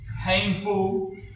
painful